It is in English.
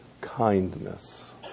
kindness